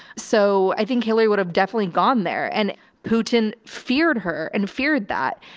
so i think hillary would have definitely gone there and putin feared her and feared that.